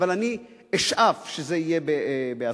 אני אשאף שזה יהיה בהסכמה,